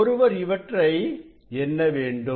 ஒருவர் இவற்றை எண்ணவேண்டும்